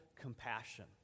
compassion